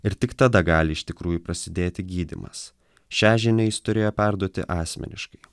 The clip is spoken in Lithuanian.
ir tik tada gali iš tikrųjų prasidėti gydymas šią žinią jis turėjo perduoti asmeniškai